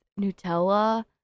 nutella